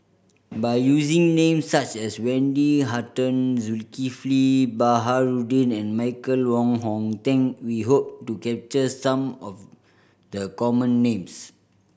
by using names such as Wendy Hutton Zulkifli Baharudin and Michael Wong Hong Teng we hope to capture some of the common names